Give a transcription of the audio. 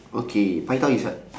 okay pai tao is what